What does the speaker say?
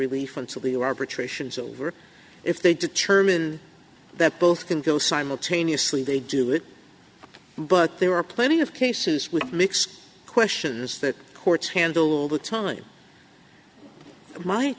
relief until the arbitration is over if they determine that both can go simultaneously they do it but there are plenty of cases with mixed questions that courts handle all the time my